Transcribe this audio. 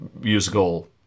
musical